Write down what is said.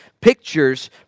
pictures